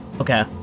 Okay